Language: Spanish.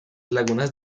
lagunas